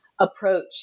approach